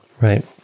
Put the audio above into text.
Right